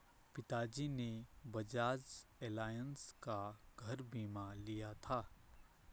पिताजी ने बजाज एलायंस का घर बीमा लिया था